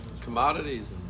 Commodities